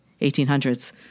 1800s